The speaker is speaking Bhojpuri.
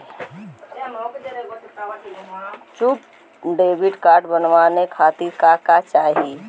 डेबिट कार्ड बनवावे खातिर का का चाही?